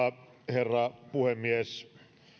herra puhemies